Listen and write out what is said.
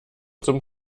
zum